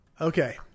Okay